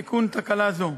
אחר תיקון תקלה זו.